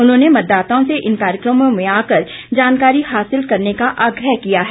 उन्होंने मतदाताओं से इन कार्यक्रमों में आकर जानकारी हासिल करने का आग्रह किया है